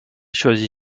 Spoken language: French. choisit